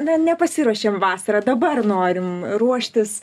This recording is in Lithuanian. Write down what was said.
na nepasiruošėm vasarą dabar norim ruoštis